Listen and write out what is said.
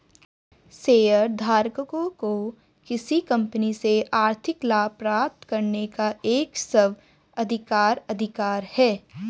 शेयरधारकों को किसी कंपनी से आर्थिक लाभ प्राप्त करने का एक स्व अधिकार अधिकार है